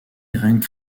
irene